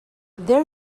their